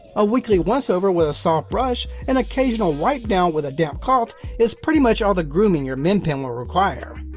a weekly once over with a soft brush and occasional wipedown with a damp cloth is pretty much all the grooming your min pin will require.